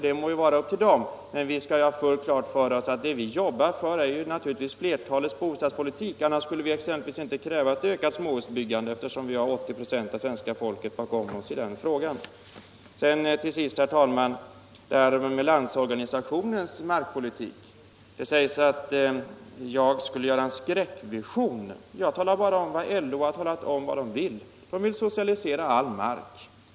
Det må vara deras ensak. Jag vill dock göra fullt klart att det som vi jobbar för är en bostadspolitik som tillgodoser flertalets intressen. Annars skulle vi exempelvis inte kräva ett ökat småhusbyggande, och vi har 80 96 av svenska folket bakom oss i den frågan. Till sist, herr talman, har det sagts att jag skulle föra fram en skräckvision när det gäller Landsorganisationens markpolitik. Jag talar bara om vad LO har redovisat att man vill göra. LO vill socialisera all mark.